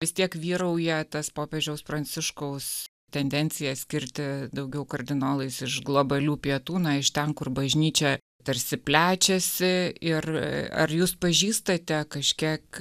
vis tiek vyrauja tas popiežiaus pranciškaus tendencija skirti daugiau kardinolais iš globalių pietų na iš ten kur bažnyčia tarsi plečiasi ir ar jūs pažįstate kažkiek